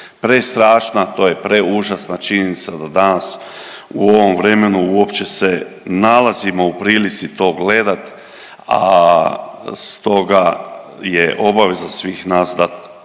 prestrašna, to je preužasna činjenica da danas u ovom vremenu uopće se nalazimo u prilici to gledat, a stoga je obaveza svih nas da